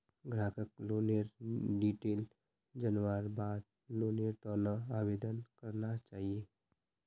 ग्राहकक लोनेर डिटेल जनवार बाद लोनेर त न आवेदन करना चाहिए